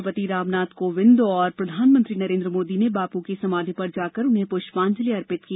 राष्ट्रपति रामनाथ कोविंद और प्रधानमंत्री नरेन्द्र मोदी ने बापू की समाधि पर जाकर उन्हें पुष्पांजलि अर्पित की